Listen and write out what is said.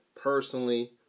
personally